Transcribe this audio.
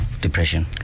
depression